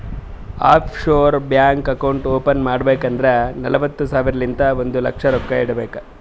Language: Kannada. of sure bank account open ಮಾಡ್ಬೇಕ್ ಅಂದುರ್ ನಲ್ವತ್ತ್ ಸಾವಿರಲಿಂತ್ ಒಂದ್ ಲಕ್ಷ ರೊಕ್ಕಾ ಇಡಬೇಕ್